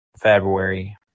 February